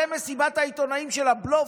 זה מסיבת העיתונאים של הבלוף.